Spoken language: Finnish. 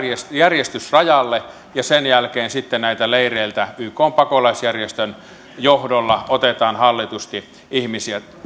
järjestys rajalle ja sen jälkeen sitten näiltä leireiltä ykn pakolaisjärjestön johdolla otetaan hallitusti ihmisiä